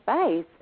space